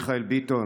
מיכאל ביטון,